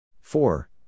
four